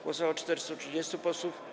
Głosowało 430 posłów.